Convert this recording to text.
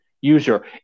user